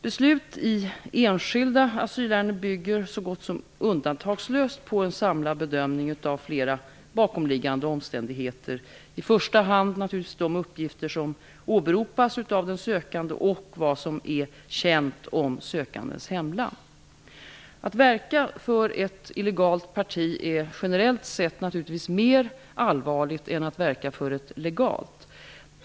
Beslut i enskilda asylärenden bygger, så gott som undantagslöst, på en samlad bedömning av flera bakomliggande omständigheter, i första hand naturligtvis de uppgifter som åberopas av den sökande och vad som är känt om sökandens hemland. Att verka för ett illegalt parti är generellt sett naturligtvis mer allvarligt än att verka för ett legalt.